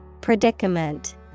Predicament